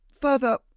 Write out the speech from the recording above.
Further